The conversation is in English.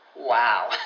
Wow